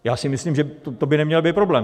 Já si myslím, že to by neměl být problém.